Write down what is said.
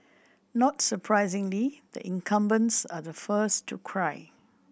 not surprisingly the incumbents are the first to cry